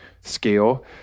scale